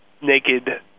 naked